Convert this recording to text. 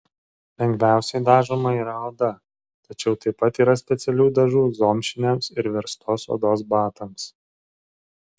lengviausiai dažoma yra oda tačiau taip pat yra specialių dažų zomšiniams ir verstos odos batams